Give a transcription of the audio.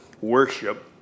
worship